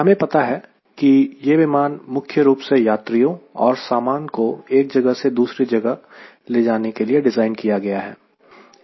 हमें पता है कि यह विमान मुख्य रूप से यात्रियों और सामान को एक जगह से दूसरी जगह ले जाने के लिए डिज़ाइन किया गया है